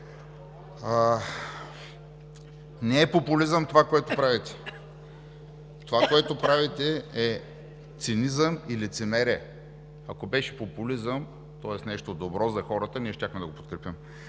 Не е популизъм това, което правите. Това, което правите, е цинизъм и лицемерие. Ако беше популизъм, тоест нещо добро за хората, ние щяхме да го подкрепим.